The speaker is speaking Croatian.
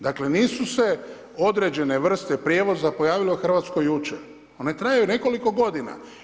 Dakle nisu se određene vrste prijevoza pojavile u Hrvatskoj jučer, one traju nekoliko godina.